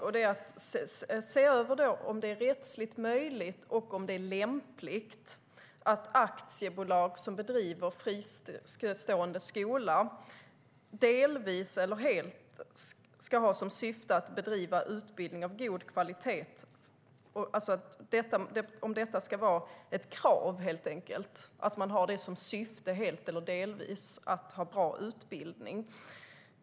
Det handlar om att se över om det är rättsligt möjligt och om det är lämpligt att aktiebolag som bedriver fristående skola delvis eller helt ska ha som syfte att bedriva utbildning av god kvalitet. Det handlar helt enkelt om huruvida det ska vara ett krav att bolagen helt eller delvis har som syfte att ha bra utbildning.